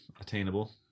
attainable